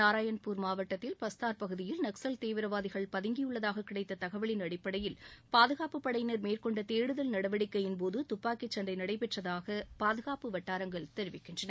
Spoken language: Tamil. நாராயண்பூர் மாவட்டத்தில் பஸ்தார் பகுதியில் நக்சல தீவிரவாதிகள் பதுங்கியுள்ளதாக கிடைத்த தகவலின் அடிப்படையில் பாதுகாப்பு படையினர் மேற்கொண்ட தேடுதல் நடவடிக்கையின் போது துப்பாக்கி சண்டை நடைபெற்றதாக பாதுகாப்பு வட்டாரங்கள் தெரிவிக்கின்றன